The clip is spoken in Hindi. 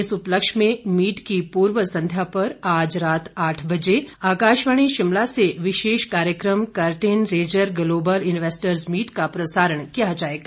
इस उपलक्ष्य में मीट की पूर्व संध्या पर आज रात आठ बजे आकाशवाणी शिमला से विशेष कार्यक्रम curtain raiser global investors meet का प्रसारण किया जाएगा